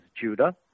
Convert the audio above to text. Judah